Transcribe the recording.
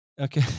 Okay